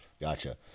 gotcha